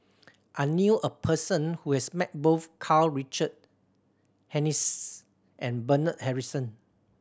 I knew a person who has met both Karl Richard Hanitsch and Bernard Harrison